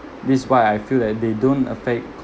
this why I feel that they don't affect